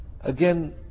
again